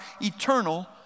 eternal